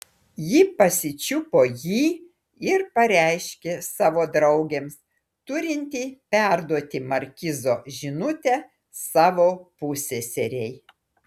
ji pasičiupo jį ir pareiškė savo draugėms turinti perduoti markizo žinutę savo pusseserei